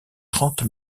trente